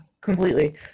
completely